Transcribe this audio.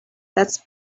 that’s